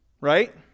Right